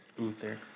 Uther